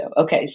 Okay